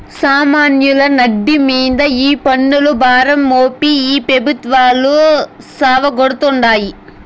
సామాన్యుల నడ్డి మింద ఈ పన్నుల భారం మోపి ఈ పెబుత్వాలు సావగొడతాండాయి